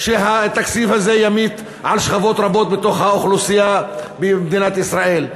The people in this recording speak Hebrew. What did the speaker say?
שהתקציב הזה ימיט על שכבות רבות בקרב האוכלוסייה במדינת ישראל.